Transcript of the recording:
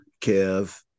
Kev